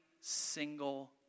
single